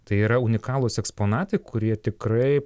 tai yra unikalūs eksponatai kurie tikrai